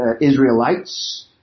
Israelites